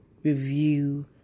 Review